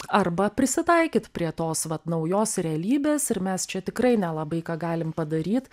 arba prisitaikyt prie tos vat naujos realybės ir mes čia tikrai nelabai ką galim padaryt